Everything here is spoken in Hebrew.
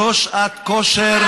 זו שעת כושר,